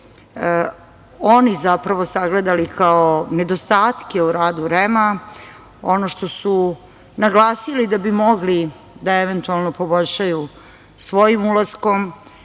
oni zapravo sagledali kao nedostatke u radu REM-a, ono što su naglasili da bi mogli da eventualno poboljšaju svojim ulaskom